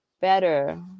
better